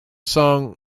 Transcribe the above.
song